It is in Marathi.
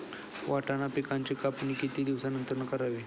वाटाणा पिकांची कापणी किती दिवसानंतर करावी?